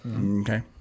Okay